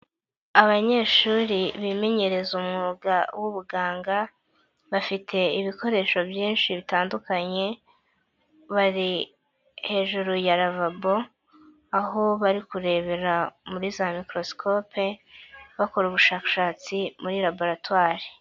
Abanyeshuri bimenyereza umwuga w'ubuganga bafite ibikoresho byinshi bitandukanye, bari hejuru ya ravabo aho bari kurebera muri za microscope bakora ubushakashatsi muri laboratwari.